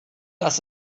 das